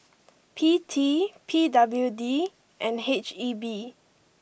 P T P W D and H E B